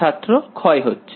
ছাত্র ক্ষয় হচ্ছে